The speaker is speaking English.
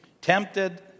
Tempted